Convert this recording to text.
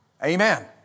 Amen